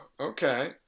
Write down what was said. okay